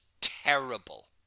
terrible